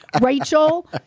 Rachel